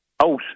out